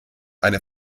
eine